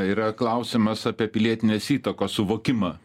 yra klausimas apie pilietinės įtakos suvokimą